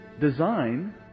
design